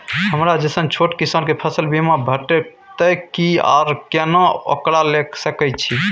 हमरा जैसन छोट किसान के फसल बीमा भेटत कि आर केना ओकरा लैय सकैय छि?